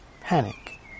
panic